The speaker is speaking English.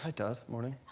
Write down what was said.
ah does morning